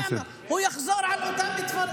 אני יודע, הוא יחזור על אותם דברים.